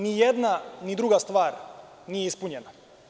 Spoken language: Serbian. Ni jedna ni druga stvar nije ispunjena.